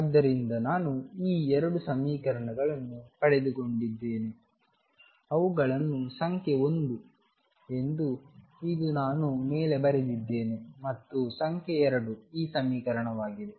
ಆದ್ದರಿಂದ ನಾನು ಈ 2 ಸಮೀಕರಣಗಳನ್ನು ಪಡೆದುಕೊಂಡಿದ್ದೇನೆ ಅವುಗಳನ್ನು ಸಂಖ್ಯೆ 1 ಎಂದು ಇದು ನಾನು ಮೇಲೆ ಬರೆದಿದ್ದೇನೆ ಮತ್ತು ಸಂಖ್ಯೆ 2 ಈ ಸಮೀಕರಣವಾಗಿದೆ